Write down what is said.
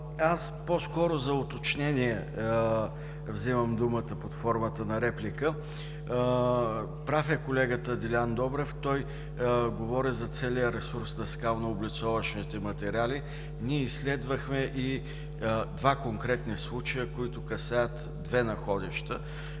по-скоро за уточнение вземам думата под формата на реплика. Прав е колегата Делян Добрев. Той говори за целия ресурс на скалнооблицовъчните материали. Ние изследвахме два конкретни случая, които касаят две находища,